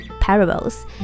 parables